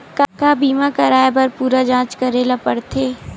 का बीमा कराए बर पूरा जांच करेला पड़थे?